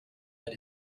but